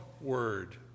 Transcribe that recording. word